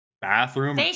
bathroom